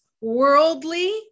worldly